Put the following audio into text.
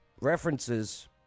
references